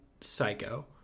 psycho